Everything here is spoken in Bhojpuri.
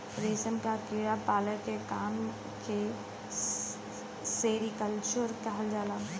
रेशम क कीड़ा पाले के काम के सेरीकल्चर कहल जाला